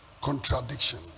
contradiction